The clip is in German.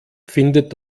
findet